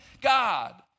god